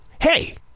hey